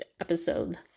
episode